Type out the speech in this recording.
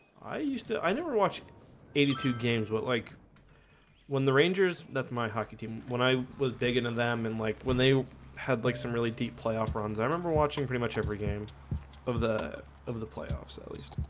i used to i never watched eighty two games, but like when the rangers that's my hockey team when i was digging to them and like when they had like some really deep playoff runs i remember watching pretty much every game of the the playoffs at least